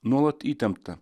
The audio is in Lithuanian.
nuolat įtemptą